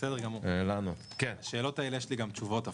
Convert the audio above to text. בסדר גמור, לשאלות הללו יש לי גם תשובות אפילו.